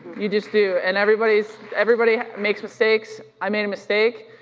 you just do and everybody everybody makes mistakes. i made a mistake,